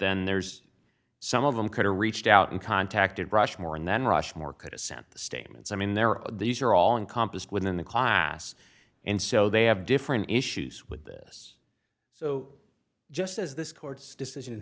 then there's some of them critter reached out and contacted rushmore and then rushmore could have sent the statements i mean there are these are all encompassed within the class and so they have different issues with this so just as this court's decision